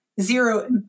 zero